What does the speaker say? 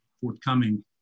forthcoming